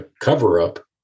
cover-up